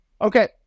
Okay